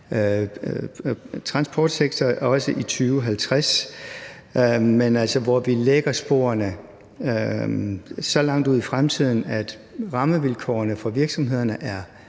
transportsektor, også i 2050, men hvor vi lægger sporene så langt ud i fremtiden, at rammevilkårene for virksomhederne er